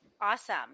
Awesome